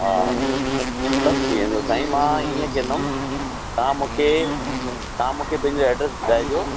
हा हा सभु थी वेंदो साईं मां ईअं कंदुमि तव्हां मूंखे तव्हां मूंखे पंहिंजो एड्रेस ॿुधाइजो